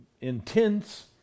intense